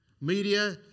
media